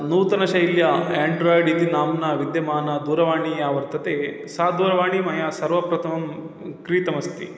नूतनशैल्या Android इति नाम्ना विद्यमाना दूरवाणी या वर्तते सा दूरवाणी मया सर्वप्रथमं क्रीतमस्ति